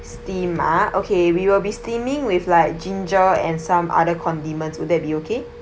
steamed ah okay we will be steaming with like ginger and some other condiments will that be okay